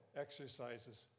exercises